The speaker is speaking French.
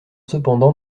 cependant